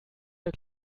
der